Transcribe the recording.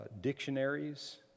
dictionaries